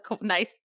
nice